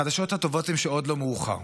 החדשות הטובות הן שעוד לא מאוחר.